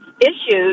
issues